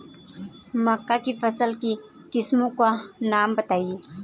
मक्का की फसल की किस्मों का नाम बताइये